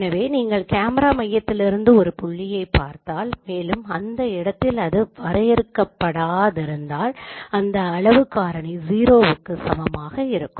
எனவேநீங்கள் camera மையதிலிருந்து ஒரு புள்ளியை பார்த்தால் மேலும் அந்த இடத்தில் அது வரையறுக்கப்படாதிருந்தால் அதன் அளவுக் காரணி 0 க்கு சமமாக இருக்கும்